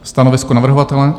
Stanovisko navrhovatele?